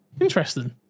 interesting